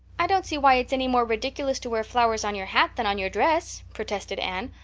i don't see why it's any more ridiculous to wear flowers on your hat than on your dress, protested anne.